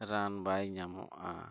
ᱨᱟᱱ ᱵᱟᱭ ᱧᱟᱢᱚᱜᱼᱟ